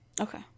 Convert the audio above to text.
Okay